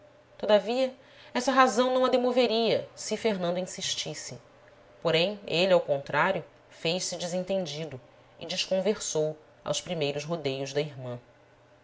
todavia essa razão não a demoveria se fernando insistisse porém ele ao contrário fez-se desentendido e desconversou aos primeiros rodeios da irmã